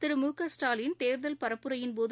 திரு மு க ஸ்டாலின் தேர்தல் பரப்புரையின்போது